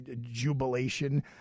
jubilation